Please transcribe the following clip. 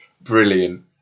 Brilliant